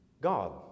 God